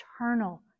eternal